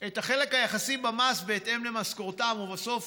את החלק היחסי במס בהתאם למשכורתם, ובסוף